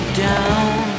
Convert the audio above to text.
down